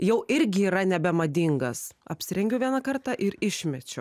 jau irgi yra nebemadingas apsirengiu vieną kartą ir išmečiau